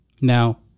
Now